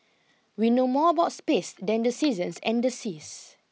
we know more about space than the seasons and the seas